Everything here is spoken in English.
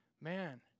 man